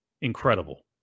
Incredible